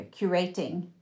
curating